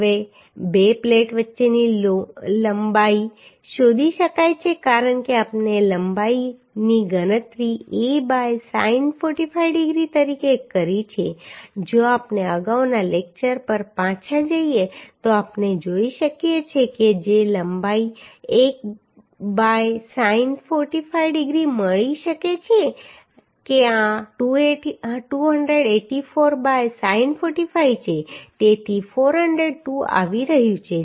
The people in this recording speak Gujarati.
હવે બે પ્લેટ વચ્ચેની લંબાઇ શોધી શકાય છે કારણ કે આપણે લંબાઈની ગણતરી a બાય sin 45 ડિગ્રી તરીકે કરી છે જો આપણે અગાઉના લેક્ચર પર પાછા જઈએ તો આપણે જોઈ શકીએ છીએ કે લંબાઈ એક બાય sin 45 ડિગ્રી મળી શકે છે કે આ 284 બાય sin 45 છે તેથી તે 402 આવી રહ્યું છે